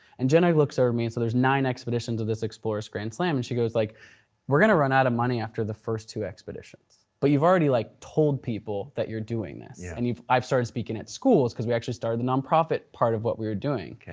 and jenna looks over at me and so there's nine expeditions of this explorer's grand slam and she goes like we're gonna run out of money after the first two expeditions. but you've already like told people that you're doing this. yeah and i've started speaking at schools cause we actually started the non-profit part of what we were doing.